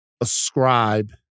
ascribe